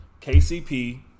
KCP